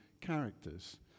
characters